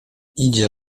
idzie